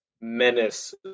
menace